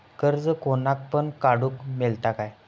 कर्ज कोणाक पण काडूक मेलता काय?